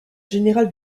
général